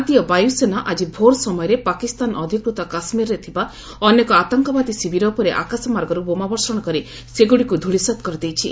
ଭାରତୀୟ ବାୟୁସେନା ଆଜି ଭୋର୍ ସମୟରେ ପାକିସ୍ତାନ ଅଧିକୃତ କାଶ୍ମୀରରେ ଥିବା ଅନେକ ଆତଙ୍କବାଦୀ ଶିବିର ଉପରେ ଆକାଶମାର୍ଗରୁ ବୋମା ବର୍ଷଶ କରି ସେଗୁଡ଼ିକୁ ଧୂଳିସାତ କରିଦେଇଛି